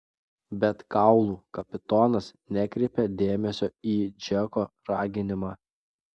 bet kaulų kapitonas nekreipė dėmesio į džeko raginimą